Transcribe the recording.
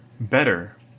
better